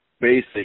basic